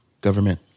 government